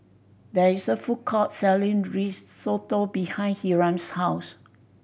there is a food court selling Risotto behind Hiram's house